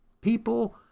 People